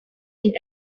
been